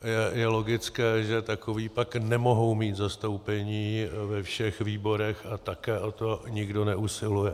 A je logické, že takoví pak nemohou mít zastoupení ve všech výborech, a také o to nikdo neusiluje.